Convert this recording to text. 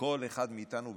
וכל אחד מאיתנו,